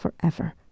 forever